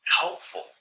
helpful